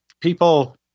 People